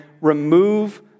remove